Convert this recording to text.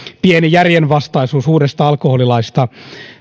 pieni järjenvastaisuus uudesta alkoholilaista